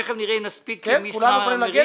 תיכף נראה אם נספיק לדבר על מפעל ישראמרין,